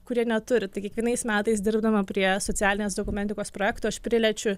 kurie neturi tai kiekvienais metais dirbdama prie socialinės dokumentikos projekto aš priliečiu